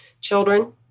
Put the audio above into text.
children